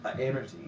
energy